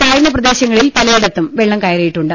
താഴ്ന്ന പ്രദേശങ്ങളിൽ പലയിടത്തും വെള്ളം കയറിയിട്ടുണ്ട്